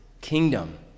kingdom